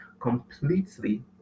completely